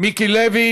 מיקי לוי.